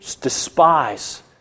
despise